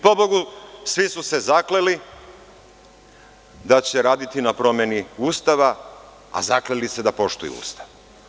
Pobogu, svi su se zakleli da će raditi na promeni Ustava, a zakleli se da poštuju Ustavu.